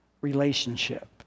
Relationship